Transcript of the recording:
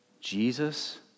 Jesus